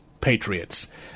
Patriots